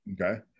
okay